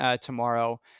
tomorrow